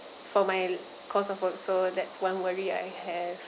for my course of work so that's one worry I have